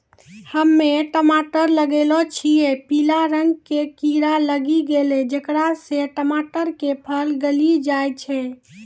हम्मे टमाटर लगैलो छियै पीला रंग के कीड़ा लागी गैलै जेकरा से टमाटर के फल गली जाय छै?